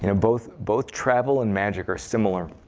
you know both both travel and magic are similar